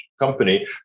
company